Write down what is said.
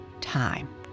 time